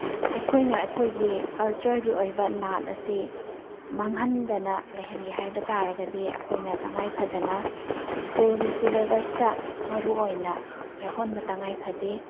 ꯑꯩꯈꯣꯏꯅ ꯑꯩꯈꯣꯏꯒꯤ ꯀꯜꯇꯔꯒꯤ ꯑꯣꯏꯕ ꯅꯠ ꯑꯁꯤ ꯃꯥꯡꯍꯟꯗꯅ ꯂꯩꯍꯟꯒꯦ ꯍꯥꯏꯕ ꯇꯔꯒꯗꯤ ꯑꯩꯈꯣꯏꯅ ꯇꯥꯉꯥꯏ ꯐꯗꯅ ꯁ꯭ꯀꯨꯜꯒꯤ ꯁꯤꯂꯦꯕꯁꯇꯥ ꯃꯔꯨ ꯑꯣꯏꯅ ꯌꯥꯎꯍꯟꯕ ꯇꯥꯉꯥꯏ ꯐꯗꯦ